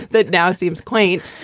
that now seems quaint,